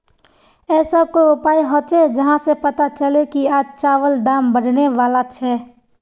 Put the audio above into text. ऐसा कोई उपाय होचे जहा से पता चले की आज चावल दाम बढ़ने बला छे?